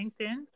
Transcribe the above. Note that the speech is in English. LinkedIn